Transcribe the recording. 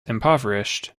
impoverished